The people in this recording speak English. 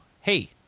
hey